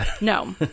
No